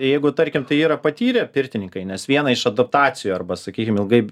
jeigu tarkim tai yra patyrę pirtininkai nes viena iš adaptacijų arba sakykim ilgai